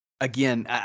again